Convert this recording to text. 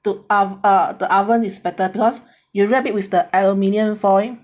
to uh uh to oven is better because you wrap it with the aluminium foil